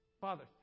Father